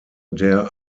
der